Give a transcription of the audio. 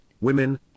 women